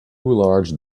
large